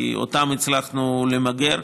כי אותן הצלחנו למגר,